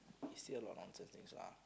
you say a lot of nonsense things lah